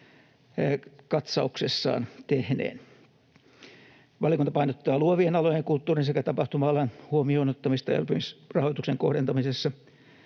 katsauksessaan tehneen. Valiokunta painottaa luovien alojen, kulttuurin sekä tapahtuma-alan huomioon ottamista elpymisrahoituksen kohdentamisessa